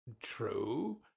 true